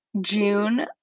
June